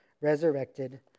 resurrected